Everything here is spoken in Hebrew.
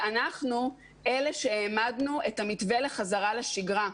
ואנחנו אלה שהעמדנו את המתווה לחזרה לשגרה.